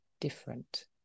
different